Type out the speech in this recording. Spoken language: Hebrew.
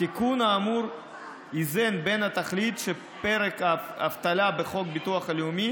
התיקון האמור איזן בין התכלית שבפרק אבטלה בחוק הביטוח הלאומי